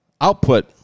output